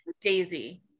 Daisy